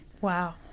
Wow